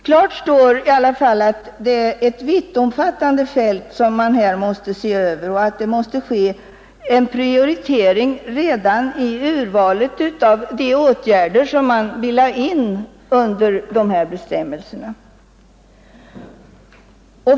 Klart står i alla fall att det är ett vittomfattande fält som man här måste se över och att det måste ske en prioritering redan vid urvalet av de åtgärder man vill ha in under dessa bestämmelser.